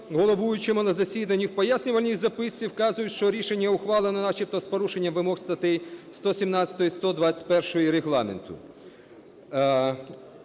головуючому на засіданні. В пояснювальній записці вказують, що рішення ухвалено начебто з порушенням вимог статей 117, 121 Регламенту.